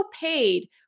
paid